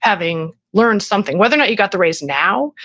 having learned something, whether or not you got the raise now,